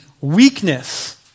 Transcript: weakness